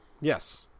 yes